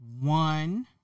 One